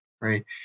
right